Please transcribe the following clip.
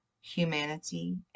humanity